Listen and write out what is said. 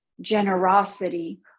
generosity